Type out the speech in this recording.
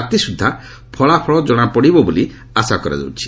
ରାତି ସୁଦ୍ଧା ଫଳାଫଳ କଣାପଡ଼ିଯିବ ବୋଲି ଆଶା କରାଯାଉଛି